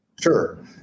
Sure